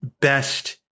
best –